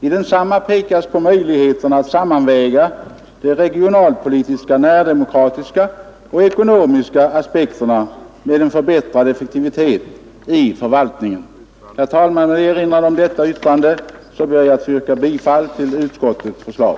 I denna pekas på möjligheterna att sammanväga de regionalpolitiska, närdemokratiska och ekonomiska aspekterna med en förbättrad effektivitet i förvaltningen. Herr talman! Med erinran om detta yttrande ber jag att få yrka bifall till utskottets förslag.